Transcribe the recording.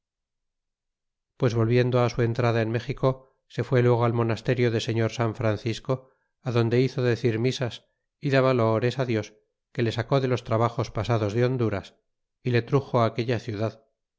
pues volviendo su entrada en méxico se fue luego al monasterio de señor san francisco adonde hizo decir misas y daba loores dios que le sacó de los trabjos pasados de honduras y le truxo aquella ciudad